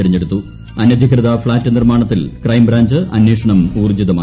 തെരഞ്ഞെടുത്തു അനധികൃത ഫ്ളാറ്റ് നിർമ്മാണത്തിൽ ക്രൈംബ്രാഞ്ച് അന്വേഷണം ഊർജ്ജിതമാക്കി